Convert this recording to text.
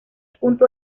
punto